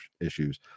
issues